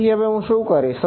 તેથી હવે હું શું કરીશ